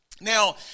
Now